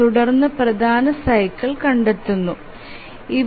തുടർന്ന് പ്രധാന സൈക്കിൾ കണ്ടെതുനു